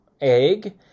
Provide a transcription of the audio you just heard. egg